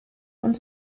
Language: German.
und